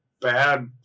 bad